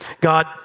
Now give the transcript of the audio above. God